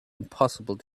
impossible